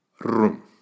room